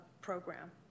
program